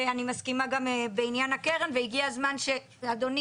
ואני מסכימה גם בעניין הקרן והגיע הזמן שאדוני